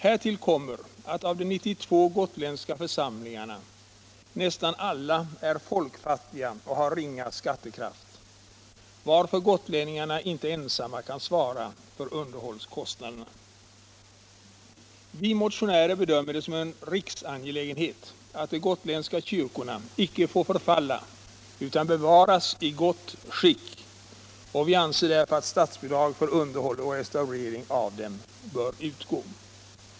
Härtill kommer att nästan alla de 92 gotländska församlingarna är folkfattiga och har ringa skattekraft, varför gotlänningarna inte ensamma kan svara för underhållskostnaderna. Vi motionärer bedömer det som en riksangelägenhet att de gotländska kyrkorna inte får förfalla utan bevaras i gott skick. Vi anser därför att statsbidrag för underhåll och restaurering av dem bör utgå.